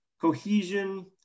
cohesion